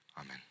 amen